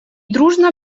дружно